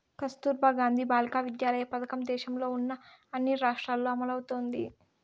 కస్తుర్బా గాంధీ బాలికా విద్యాలయ పథకం దేశంలో ఉన్న అన్ని రాష్ట్రాల్లో అమలవుతోంది